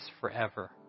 forever